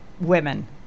women